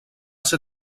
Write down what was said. ser